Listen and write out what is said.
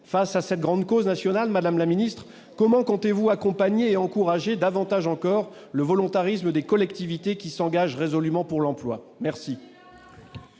Face à cette grande cause nationale, comment comptez-vous accompagner et encourager davantage encore le volontarisme des collectivités qui s'engagent résolument pour l'emploi ?